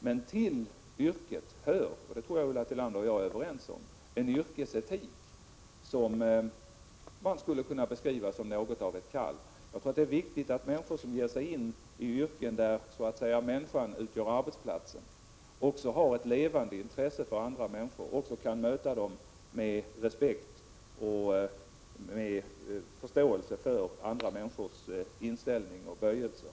Men till yrket hör, och det tror jag att Ulla Tillander och jag är överens om, en yrkesetik som man skulle kunna beskriva som något av ett kall. Jag tror att det är viktigt att människan som ger sig in i yrken där människor så att säga utgör arbetsplatsen också har ett levande intresse för andra människor och kan möta dem med respekt och med förståelse för andra människors inställning och böjelser.